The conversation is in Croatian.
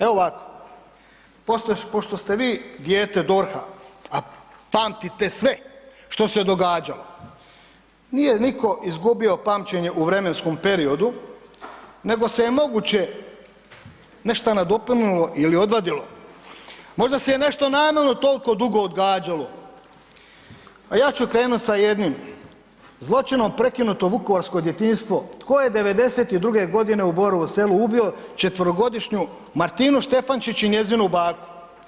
Evo ovako, pošto ste vi dijete DORH-a, a pamtite sve što se je događalo, nije nitko izgubio pamćenje u vremenskom periodu nego se je moguće nešto nadopunilo ili odvadilo, možda se je nešto namjerno toliko dugo odgađalo, a ja ću krenut sa jednim zločinom prekinuto vukovarsko djetinjstvo, tko je '92.-ge godine u Borovu selu ubio četverogodišnju Martinu Štefančić i njezinu baku?